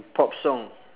pop song